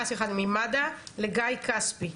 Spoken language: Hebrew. הדיבור לגיא כספי